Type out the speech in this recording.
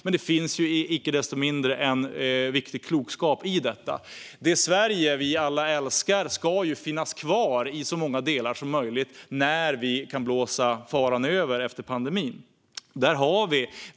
Men det finns icke desto mindre en viktig klokskap i detta. Det Sverige som vi alla älskar ska ju finnas kvar i så många delar som möjligt när vi efter pandemin kan blåsa faran över.